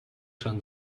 son